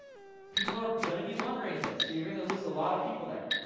people are gonna be wondering this, so you're gonna lose a lot of people there.